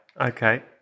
Okay